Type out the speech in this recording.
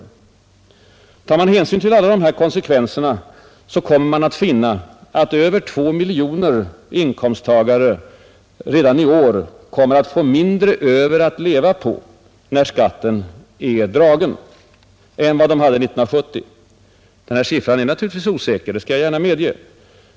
Om man tar hänsyn till alla dessa konsekvenser, finner man att över 2 miljoner inkomsttagare redan i år kommer att få mindre över att leva av, när skatten är dragen, än vad de hade 1970. Siffran är naturligtvis osäker, det skall jag gärna medge.